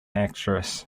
actress